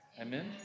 Amen